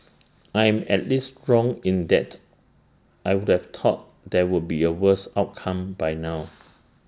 I am at least wrong in that I would have thought there would be A worse outcome by now